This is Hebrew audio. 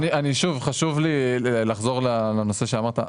אבל שוב, חשוב לי לחזור לנושא שאמרת.